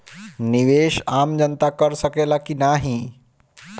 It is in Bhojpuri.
निवेस आम जनता कर सकेला की नाहीं?